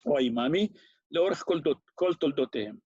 או האימאמי, לאורך כל תולדותיהם.